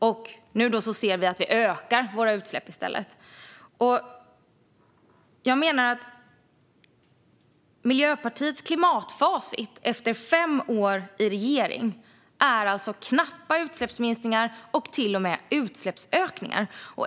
Nu ser vi i stället att vi ökar våra utsläpp. Jag menar att Miljöpartiets klimatfacit efter fem år i regering är knappa utsläppsminskningar och till och med utsläppsökningar.